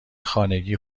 خانگی